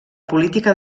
política